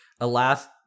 Alas